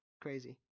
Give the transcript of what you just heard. crazy